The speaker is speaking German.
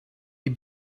die